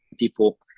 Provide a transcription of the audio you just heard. people